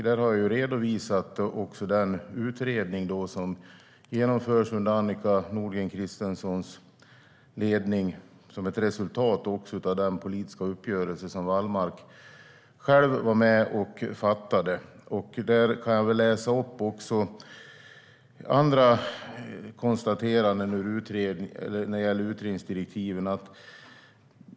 Där har jag också redovisat den utredning som genomförs under Annika Nordgren Christensens ledning som ett resultat av den politiska uppgörelse som Wallmark själv var med och träffade. Jag kan läsa upp ett annat konstaterande om utredningsdirektiven.